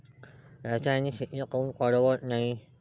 रासायनिक शेती काऊन परवडत नाई?